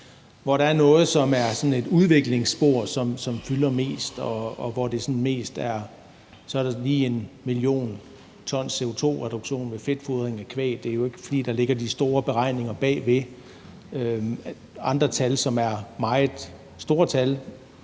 hvor der er noget, der handler om sådan et udviklingsspor, som fylder mest. Dér er der lige en CO2-reduktion på 1 mio. t ved fedtfodring af kvæg. Det er jo ikke, fordi der ligger de store beregninger bagved – andre tal, som er meget store tal.